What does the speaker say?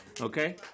okay